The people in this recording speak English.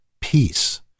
peace